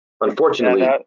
Unfortunately